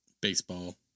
Baseball